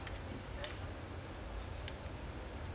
I mean his national actually he doesn't have a position lah but